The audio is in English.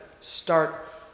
start